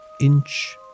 inch